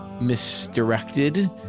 misdirected